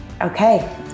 Okay